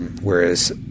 Whereas